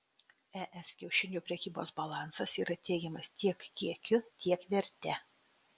es kiaušinių prekybos balansas yra teigiamas tiek kiekiu tiek verte